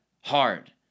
hard